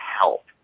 help